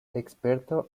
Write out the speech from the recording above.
experto